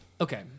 okay